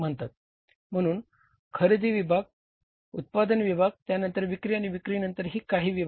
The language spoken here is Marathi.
म्हणून खरेदी विभाग उत्पादन विभाग त्यानंतर विक्री आणि विक्री नंतरही काही विभाग आहेत